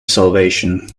salvation